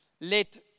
let